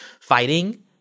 fighting